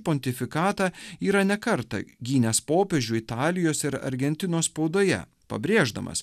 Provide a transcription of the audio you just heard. pontifikatą yra ne kartą gynęs popiežių italijos ir argentinos spaudoje pabrėždamas